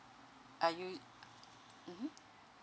are you mmhmm